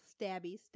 stabby